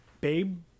Babe